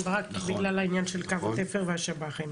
ברק בגלל העניין של קו תפר והשב"חים.